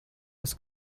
was